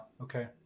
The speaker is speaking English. Okay